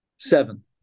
Seven